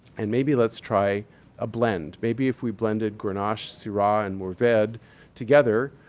and maybe let's try a blend. maybe if we blended grenache, sirah, and mourvedre together,